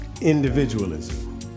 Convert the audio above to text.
individualism